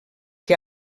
que